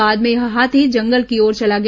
बाद में यह हाथी जंगल की ओर चला गया